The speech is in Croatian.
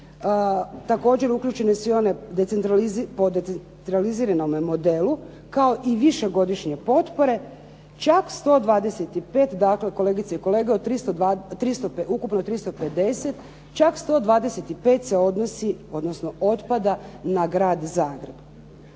Također, uključene su i one po decentraliziranome modelu kao i višegodišnje potpore. Čak 125. Dakle, kolegice i kolegice od ukupno 350 čak 125 se odnosi odnosno otpada na Grad Zagreb.